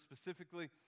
specifically